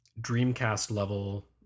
Dreamcast-level